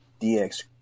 DX